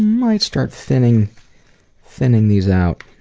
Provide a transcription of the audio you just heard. might start thinning thinning these out.